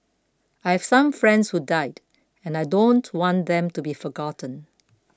I have some friends who died and I don't want them to be forgotten